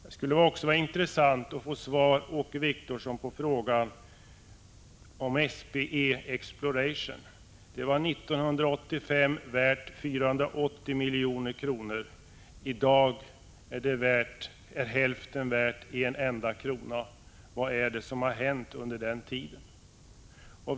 Det skulle också vara intressant, Åke Wictorsson, att få svar på en fråga om SP Exploration. Det var 1985 värt 480 miljoner. I dag är hälften värt en enda krona. Vad är det som har hänt under den tiden?